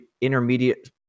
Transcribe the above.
intermediate